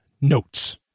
notes